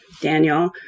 Daniel